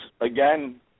again